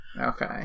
Okay